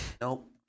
Nope